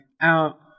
Out